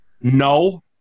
No